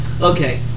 Okay